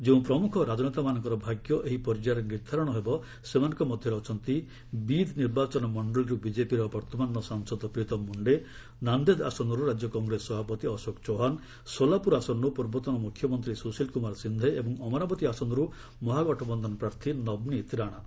ଯେଉଁ ପ୍ରମୁଖ ରାଜନେତାମାନଙ୍କର ଭାଗ୍ୟ ଏହି ପର୍ଯ୍ୟାୟରେ ନିର୍ଦ୍ଧାରଣ ହେବ ସେମାନଙ୍କ ମଧ୍ୟରେ ଅଛନ୍ତି ବୀଦ୍ ନିର୍ବାଚନ ମଣ୍ଡଳୀରୁ ବିକେପିର ବର୍ତ୍ତମାନର ସାଂସଦ ପ୍ରୀତମ୍ ମୁଣ୍ଡେ ନାନ୍ଦେଦ୍ ଆସନରୁ ରାଜ୍ୟ କଂଗ୍ରେସ ସଭାପତି ଅଶୋକ ଚୌହ୍ୱାନ ସୋଲାପୁର ଆସନରୁ ପୂର୍ବତନ ମୁଖ୍ୟମନ୍ତ୍ରୀ ସୁଶିଲ୍ କୁମାର ସିନ୍ଦେ ଏବଂ ଅମରାବତୀ ଆସନରୁ ମହାଗଠବନ୍ଧନ ପ୍ରାର୍ଥୀ ନବନୀତ୍ ରାଣା